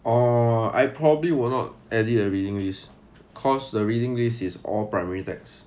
orh I probably will not edit the reading list cause the reading list is all primary texts